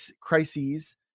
crises